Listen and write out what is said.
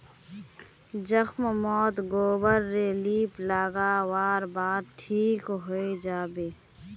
जख्म मोत गोबर रे लीप लागा वार बाद ठिक हिजाबे